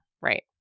right